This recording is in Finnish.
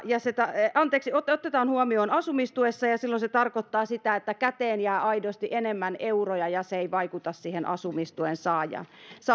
ja heidät otetaan huomioon myös asumistuessa ja ja silloin se tarkoittaa sitä että käteen jää aidosti enemmän euroja ja se ei vaikuta siihen asumistuen